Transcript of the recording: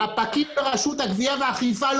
את החובות בארנונה,